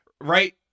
right